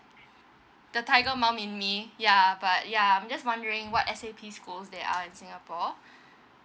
the tiger mum in me ya but ya I'm just wondering what S_A_P schools there are in singapore